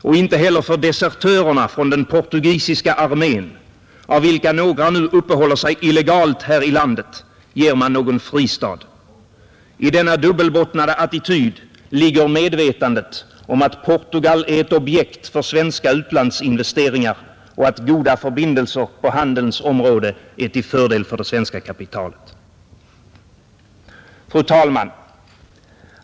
Och inte heller desertörerna från den portugisiska armén, av vilka några nu uppehåller sig illegalt här i landet, ger man någon fristad. Bakom denna dubbelbottnade attityd ligger medvetandet om att Portugal är ett objekt för svenska utlandsinvesteringar och att goda förbindelser på handelns område är till fördel för det svenska kapitalet. Fru talman!